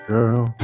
Girl